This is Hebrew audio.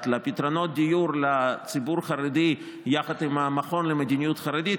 לפתרונות דיור לציבור החרדי יחד עם המכון למדיניות חרדית,